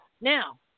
Now